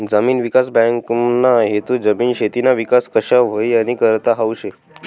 जमीन विकास बँकना हेतू जमीन, शेतीना विकास कशा व्हई यानीकरता हावू शे